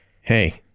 hey